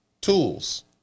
tools